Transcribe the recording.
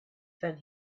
then